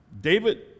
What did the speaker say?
David